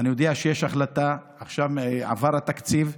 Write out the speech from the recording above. אני יודע שיש החלטה, עכשיו עבר התקציב.